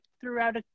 throughout